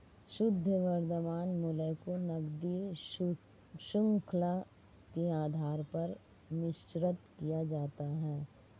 शुद्ध वर्तमान मूल्य को नकदी शृंखला के आधार पर निश्चित किया जाता है